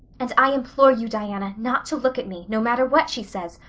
and i implore you, diana, not to look at me, no matter what she says,